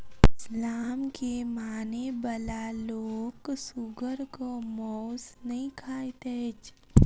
इस्लाम के मानय बला लोक सुगरक मौस नै खाइत अछि